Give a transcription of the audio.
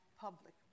public